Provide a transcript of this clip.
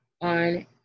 on